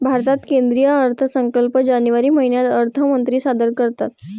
भारतात केंद्रीय अर्थसंकल्प जानेवारी महिन्यात अर्थमंत्री सादर करतात